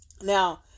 Now